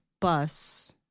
bus